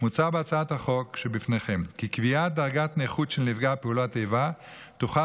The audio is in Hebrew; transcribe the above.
מוצע בהצעת החוק שבפניכם כי קביעת דרגת נכות של נפגע פעולת איבה תוכל